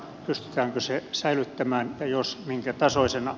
pystytäänkö se säilyttämään ja jos minkä tasoisena